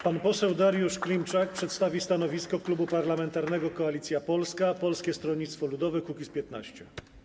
Pan poseł Dariusz Klimczak przedstawi stanowisko Klubu Parlamentarnego Koalicja Polska - Polskie Stronnictwo Ludowe - Kukiz15.